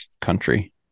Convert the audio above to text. country